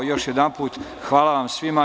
Još jedanput, hvala svima.